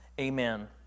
amen